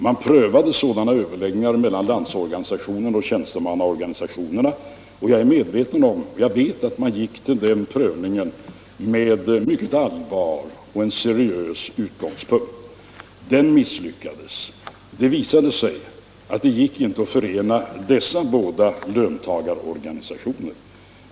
Man prövade sådana överläggningar mellan LO och tjänstemannaorganisationerna, och jag vet att man gick till den prövningen med mycket allvar. Den misslyckades. Det visade sig omöjligt att förena dessa båda löntagarorganisationer.